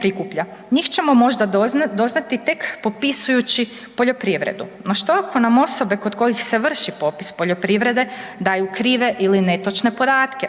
prikuplja. Njih ćemo možda doznati tek popisujući poljoprivredu. No što ako nam osobe kod kojih se vrši popis poljoprivrede daju krive ili netočne podatke?